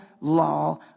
law